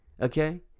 okay